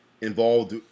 involved